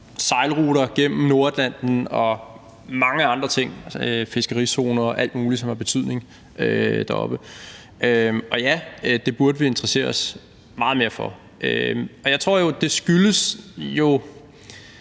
sejlruter gennem Nordatlanten og mange andre ting som fiskerizoner og alt muligt andet, som har betydning deroppe. Ja, det burde vi interessere os meget mere for. Men jeg tror jo, at det skyldes,